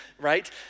right